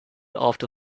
after